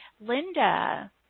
Linda